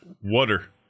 water